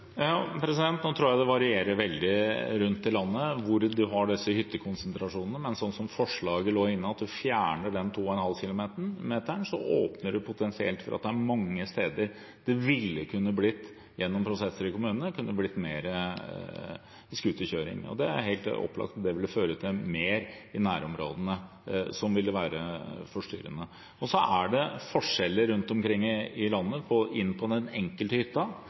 Nå tror jeg det varierer veldig rundt i landet hvor man har disse hyttekonsentrasjonene. Men det som man gjennom forslaget forslår, at man fjerner 2,5 km-grensen, åpner for at det mange steder – gjennom prosesser i kommunene – potensielt kunne blitt mer scooterkjøring, og det er helt opplagt at det ville føre til mer i nærområdene, som ville være forstyrrende. Så er det forskjeller rundt omkring i landet inn til den enkelte hytta,